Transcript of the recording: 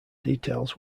details